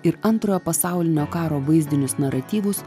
ir antrojo pasaulinio karo vaizdinius naratyvus